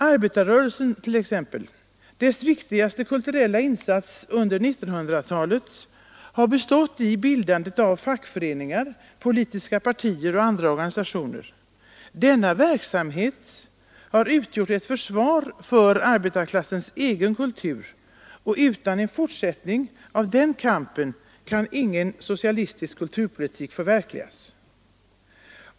Arbetarrörelsens viktigaste kulturella insats under 1900-talet har bestått i bildandet av fackföreningar, politiska partier och andra organisationer. Denna verksamhet har utgjort ett försvar för arbetarklassens egen kultur. Utan en fortsättning av den kampen kan ingen socialistisk kulturpolitik förverkligas.